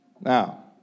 Now